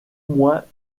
moins